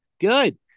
Good